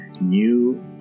new